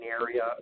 area